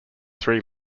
three